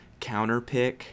counterpick